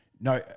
No